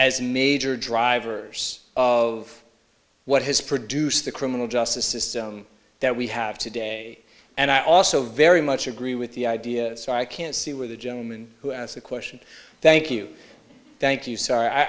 as major drivers of what has produced the criminal justice system that we have today and i also very much agree with the idea so i can see where the gentleman who asked the question thank you thank you s